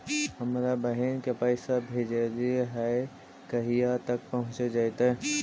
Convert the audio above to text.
हमरा बहिन के पैसा भेजेलियै है कहिया तक पहुँच जैतै?